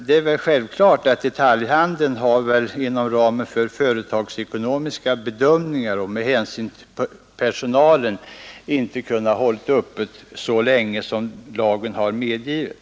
Det är självklart att detaljhandeln inom ramen för sina företagsekonomiska bedömningar och med hänsynstagande till personalen inte har kunnat hålla butikerna öppna så länge som lagen har medgivit.